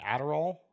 Adderall